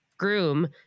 Groom